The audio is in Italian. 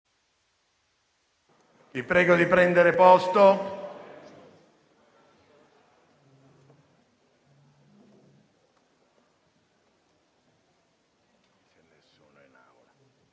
Vi prego di prendere posto,